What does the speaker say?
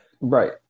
Right